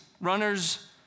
runners